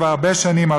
כבר הרבה שנים,